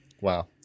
Wow